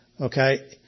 okay